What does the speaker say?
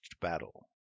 battle